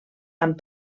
amb